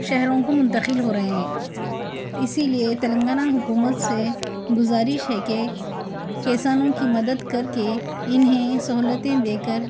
شہروں کو منتقل ہو رہے ہیں اسی لیے تلنگانہ حکومت سے گزارش ہے کہ کسانوں کی مدد کر کے انہیں سہولتیں دے کر